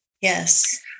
Yes